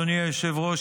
אדוני היושב-ראש,